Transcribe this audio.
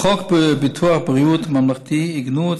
בחוק ביטוח בריאות ממלכתי עיגנו את